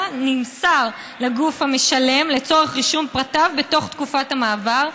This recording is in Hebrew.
נמסר לגוף המשלם לצורך רישום פרטיו בתוך תקופת המעבר,